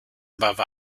above